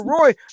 Roy